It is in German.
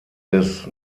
des